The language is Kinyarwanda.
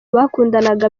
bakundana